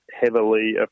heavily